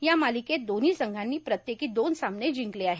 या मालिकेत दोन्ही संघांनी प्रत्येकी दोन सामने जिंकले आहेत